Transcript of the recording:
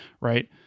Right